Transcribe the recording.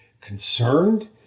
concerned